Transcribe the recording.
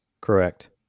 Correct